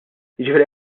jiġifieri